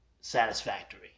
satisfactory